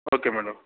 okay madam